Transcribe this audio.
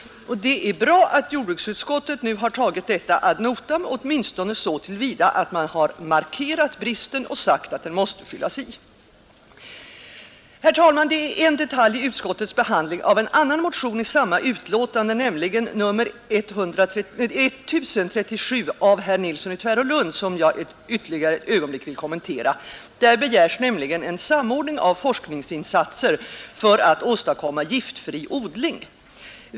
Det är bra att jordbruksutskottet nu tagit detta ad notam åtminstone så till vida att man markerat bristen och sagt att den måste avhjälpas. Herr talman! Jag vill ytterligare ett ögonblick kommentera en detalj i utskottets behandling i samma betänkande av en annan motion, nämligen nr 1037 av herr Nilsson i Tvärålund m.fl. Där begärs en samordning av forskningsinsatser för att åstadkomma giftfri odling.